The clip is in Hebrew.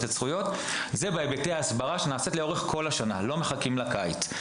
זה בהיבטי ההסברה שנעשית כל השנה, לא מחכים לקיץ.